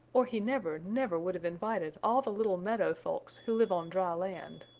or he never, never would have invited all the little meadow folks who live on dry land.